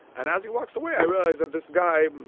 and as he walks away i realize that this guy,